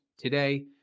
Today